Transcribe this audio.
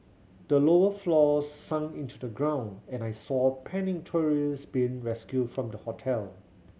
the lower floors sunk into the ground and I saw panicked tourist being rescued from the hotel